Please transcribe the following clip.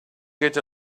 get